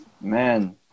man